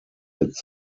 its